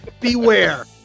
Beware